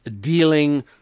dealing